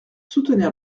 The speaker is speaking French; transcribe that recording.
soutenir